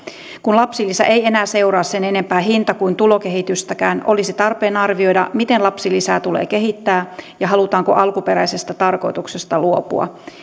kun lapsilisä ei enää seuraa sen enempää hinta kuin tulokehitystäkään olisi tarpeen arvioida miten lapsilisää tulee kehittää ja halutaanko alkuperäisestä tarkoituksesta luopua